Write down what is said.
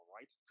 right